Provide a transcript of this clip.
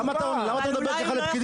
למה אתה מדבר ככה לפקידים?